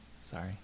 Sorry